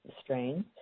strains